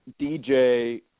DJ